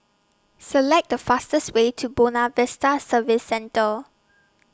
Select The fastest Way to Buona Vista Service Centre